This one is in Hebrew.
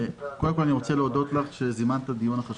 אני רוצה להודות לך שזימנת את הדיון הזה